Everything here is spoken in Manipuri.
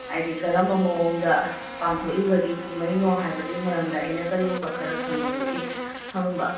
ꯍꯥꯏꯗꯤ ꯀꯔꯝꯕ ꯃꯑꯣꯡꯗ ꯄꯥꯡꯊꯣꯛꯏꯕꯒꯤ ꯀꯨꯝꯍꯩꯅꯣ ꯍꯥꯏꯕꯗꯨꯒꯤ ꯃꯔꯝꯗ ꯑꯩꯅ ꯀꯔꯤꯒꯨꯝꯕ ꯈꯔ ꯈꯪꯖꯅꯤꯡꯕꯒꯤ ꯍꯪꯕ